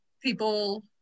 people